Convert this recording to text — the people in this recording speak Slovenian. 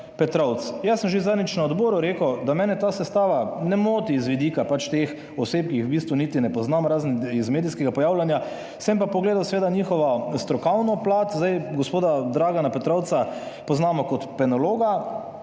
Petrovc. Jaz sem že zadnjič na odboru rekel, da mene ta sestava ne moti z vidika teh oseb, ki jih v bistvu niti ne poznam, razen iz medijskega pojavljanja, sem pa pogledal seveda njihovo strokovno plat. Zdaj, gospoda Dragana Petrovca poznamo kot penologa,